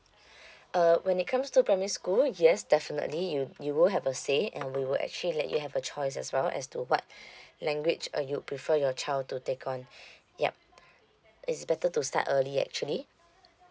uh when it comes to primary school yes definitely you you will have a say and we will actually let you have a choice as well as to what language uh you prefer your child to take on yup it's better to start early actually